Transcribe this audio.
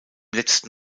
letzten